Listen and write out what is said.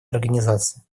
организации